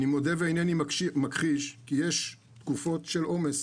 אני מודה ואיני מכחיש כי יש תקופות של עומס